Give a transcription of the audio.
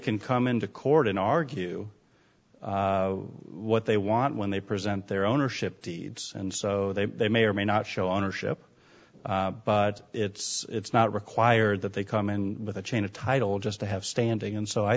can come into court and argue what they want when they present their ownership deeds and so they they may or may not show ownership but it's not required that they come in with a chain of title just to have standing and so i